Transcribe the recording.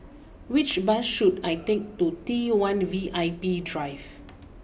which bus should I take to T one V I P Drive